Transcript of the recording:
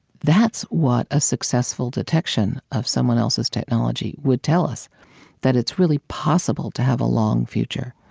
that's what a successful detection of someone else's technology would tell us that it's really possible to have a long future,